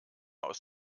aus